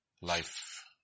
Life